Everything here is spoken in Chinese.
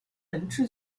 本质